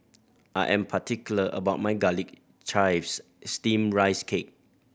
I am particular about my Garlic Chives Steamed Rice Cake